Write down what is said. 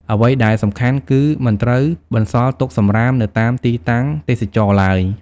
អ្វីដែលសំខាន់ គឺមិនត្រូវបន្សល់ទុកសំរាមនៅតាមទីតាំងទេសចរណ៍ឡើយ។